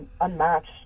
unmatched